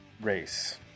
Race